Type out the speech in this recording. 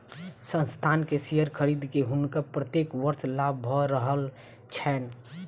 संस्थान के शेयर खरीद के हुनका प्रत्येक वर्ष लाभ भ रहल छैन